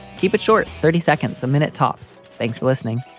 keep it short, thirty seconds a minute, tops. thanks for listening